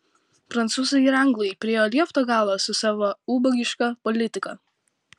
prancūzai ir anglai priėjo liepto galą su savo ubagiška politika